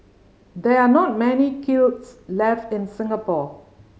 there are not many kilns left in Singapore